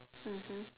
mmhmm